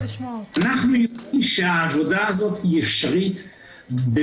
אנחנו יודעים שהעבודה הזאת אפשרית.